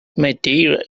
madeira